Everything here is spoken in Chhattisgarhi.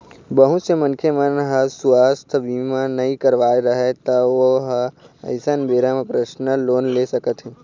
बहुत से मनखे मन ह सुवास्थ बीमा नइ करवाए रहय त ओ ह अइसन बेरा म परसनल लोन ले सकत हे